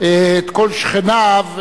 את כל שכניו,